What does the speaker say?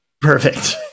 Perfect